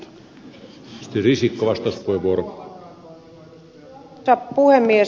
arvoisa puhemies